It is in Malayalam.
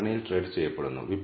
ഇന്റർസെപ്റ്റ് പദം 4